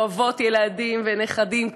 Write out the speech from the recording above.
אוהבות ילדים ונכדים.